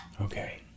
Okay